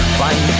find